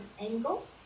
angle